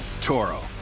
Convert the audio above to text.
Toro